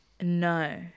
no